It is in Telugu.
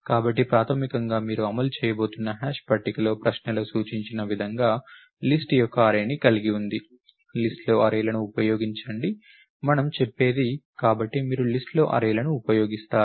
కాబట్టి ప్రాథమికంగా మీరు అమలు చేయబోతున్న హాష్ పట్టిక ప్రశ్నలో సూచించిన విధంగా లిస్ట్ యొక్క అర్రేని కలిగి ఉంది లిస్ట్ లో అర్రేలను ఉపయోగించండి మనము చెప్పేది కాబట్టి మీరు లిస్ట్ లో అర్రేలను ఉపయోగిస్తారు